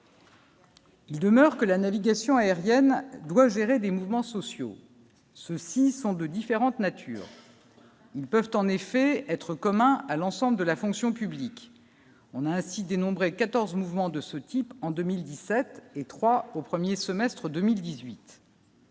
Il demeure que la navigation aérienne doit gérer des mouvements sociaux, ceux-ci sont de différentes natures, ils peuvent en effet être commun à l'ensemble de la fonction publique, on a ainsi dénombré 14 mouvements de ce type en 2017 et 3 au 1er semestre 2018.